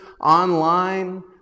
online